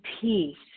peace